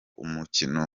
umukino